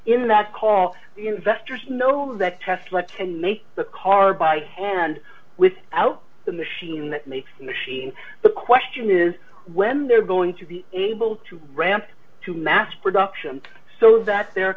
in that call the investors know that tesla to make the car by hand without the machine that makes the machine the question is when they're going to be able to ramp to mass production so that their